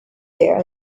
here